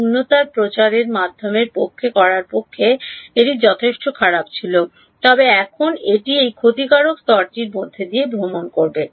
শূন্যতার মাধ্যমে প্রচার করার পক্ষে এটি যথেষ্ট খারাপ ছিল তবে এখন এটি এই ক্ষতিকারক স্তরটির মধ্য দিয়ে ভ্রমণ করতে হবে